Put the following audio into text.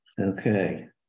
Okay